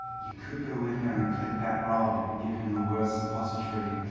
you could go in there and click that rod and give him the worst suppository